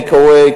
take away,